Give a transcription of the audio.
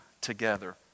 together